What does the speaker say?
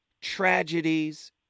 tragedies